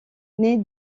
née